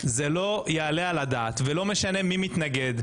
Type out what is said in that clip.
זה לא יעלה על הדעת, לא משנה מי מתנגד.